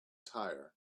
tire